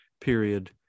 period